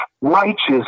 righteous